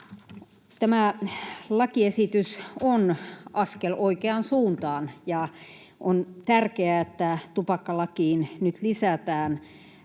Tämä lakiesitys on askel oikeaan suuntaan, ja on tärkeää, että tupakkalakiin nyt lisätään